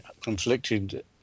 conflicted